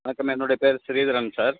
வணக்கம் என்னுடைய பேர் ஸ்ரீதரன் சார்